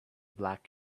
black